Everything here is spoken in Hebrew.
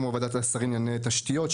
כמו ועדת השרים לענייני תשתיות,